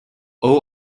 all